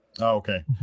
okay